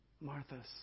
Marthas